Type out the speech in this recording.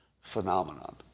phenomenon